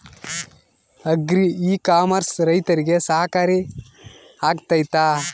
Agri e commerce ರೈತರಿಗೆ ಸಹಕಾರಿ ಆಗ್ತೈತಾ?